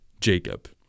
Jacob